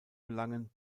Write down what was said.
gelangen